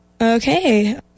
Okay